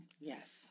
Yes